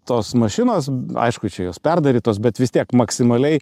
tos mašinos aišku čia jos perdarytos bet vis tiek maksimaliai